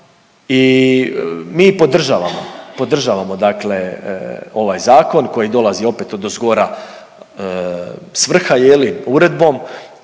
podražavamo dakle ovaj zakon koji dolazi opet odozgora, s vrha je li uredbom